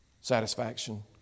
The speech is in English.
Satisfaction